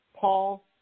Paul